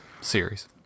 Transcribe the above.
series